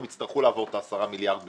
הם יצטרכו לעבור את ה-10 מיליארד בגיוסים.